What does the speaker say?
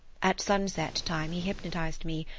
at sunset time he hypnotised me,